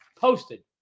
posted